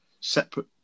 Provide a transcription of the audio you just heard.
separate